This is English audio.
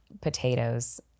potatoes